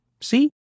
See